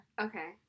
Okay